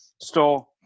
store